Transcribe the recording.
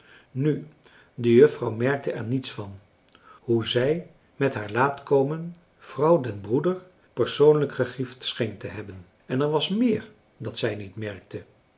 nu de juffrouw merkte er niets van hoe zij met haar laat komen vrouw den broeder persoonlijk gegriefd scheen te hebben en er was meer dat zij niet merkte